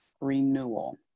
renewal